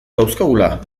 dauzkagula